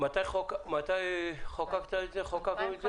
מתי חוקקנו את החוק?